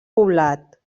poblat